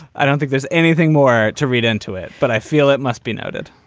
i don't think there's anything more to read into it but i feel it must be noted